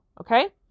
Okay